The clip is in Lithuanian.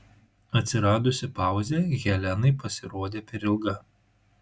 atsiradusi pauzė helenai pasirodė per ilga